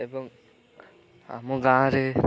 ଏବଂ ଆମ ଗାଁରେ